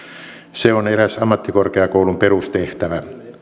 se on eräs ammattikorkeakoulun perustehtävä